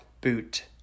boot